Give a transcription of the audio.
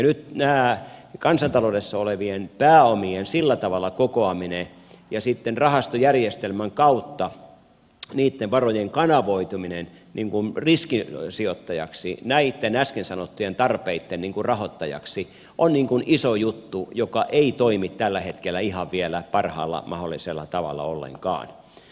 nyt näiden kansantaloudessa olevien pääomien sillä tavalla kokoaminen ja sitten rahastojärjestelmän kautta niitten varojen kanavoituminen ikään kuin riskisijoittajaksi näitten äsken sanottujen tarpeitten rahoittajaksi on iso juttu joka ei toimi tällä hetkellä ihan vielä parhaalla mahdollisella tavalla ollenkaan